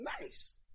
nice